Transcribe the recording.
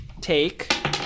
take